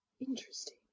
interesting